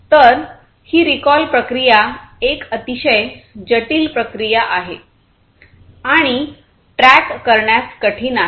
तर ही रिकॉल प्रक्रिया एक अतिशय जटिल प्रक्रिया आहे आणि ट्रॅक करण्यास कठीण आहे